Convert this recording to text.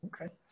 Okay